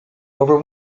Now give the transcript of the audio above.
over